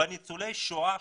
ניצולי שואה,